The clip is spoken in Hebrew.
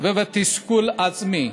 ובתסכול עצמי.